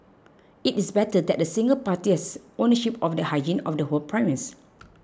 it is better that a single party has ownership of the hygiene of the whole premise